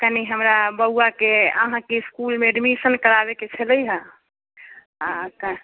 कनि हमरा बौआके अहाँकेँ इसकुलमे एडमिशन कराबेके छलै हँ आ कि